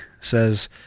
says